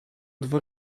dwa